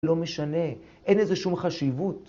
‫לא משנה, אין לזה שום חשיבות.